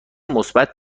مثبت